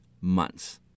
months